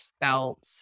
felt